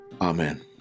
amen